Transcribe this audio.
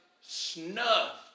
snuffed